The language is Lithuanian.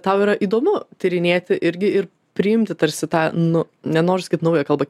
tau yra įdomu tyrinėti irgi ir priimti tarsi tą nu ne nors kaip naują kalbą